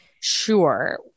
Sure